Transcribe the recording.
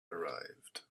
arrived